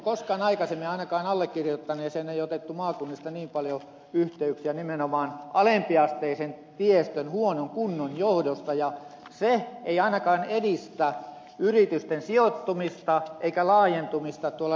koskaan aikaisemmin ainakaan allekirjoittaneeseen ei ole otettu maakunnista niin paljon yhteyksiä nimenomaan alempiasteisen tiestön huonon kunnon johdosta ja se ei ainakaan edistä yritysten sijoittumista eikä laajentumista tuolla reuna alueilla